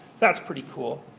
that's pretty cool.